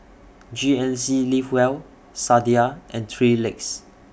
G N C Live Well Sadia and three Legs